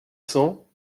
cents